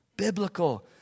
biblical